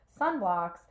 sunblocks